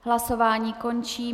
Hlasování končím.